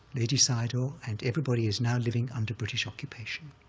ledi sayadaw and everybody is now living under british occupation.